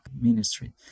ministry